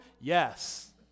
Yes